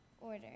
order